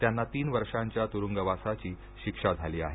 त्यांना तीन वर्षांच्या तुरुंगवासाची शिक्षा झाली आहे